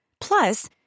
Plus